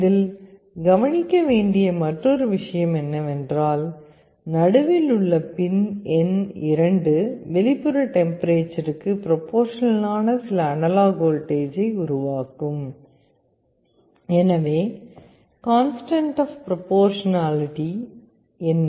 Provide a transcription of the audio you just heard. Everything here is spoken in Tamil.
இதில் கவனிக்க வேண்டிய மற்றொரு விஷயம் என்னவென்றால் நடுவில் உள்ள பின் எண் 2 வெளிப்புற டெம்பரேச்சருக்கு ப்ரொபோர்ஷனல் ஆன சில அனலாக் வோல்டேஜை உருவாக்கும் எனவே கான்ஸ்டன்ட் ஆப் ப்ரொபோர்ஷனாலிட்டி என்ன